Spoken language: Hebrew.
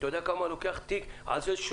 אתה יודע כמה הוא לוקח על תיק שלא באת